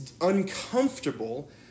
uncomfortable